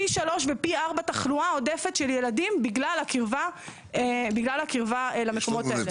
פי שלוש ופי ארבע תחלואה עודפת של ילדים בגלל הקרבה אל המקומות האלה.